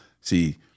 See